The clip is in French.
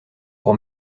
pour